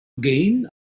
gain